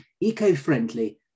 eco-friendly